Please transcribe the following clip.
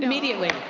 immediately.